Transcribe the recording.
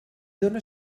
dóna